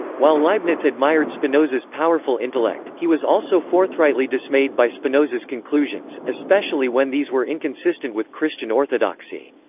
while leibniz admired spinoza's powerful intellect, he was also forthrightly dismayed by spinoza's conclusions, especially when these were inconsistent with christian orthodoxy.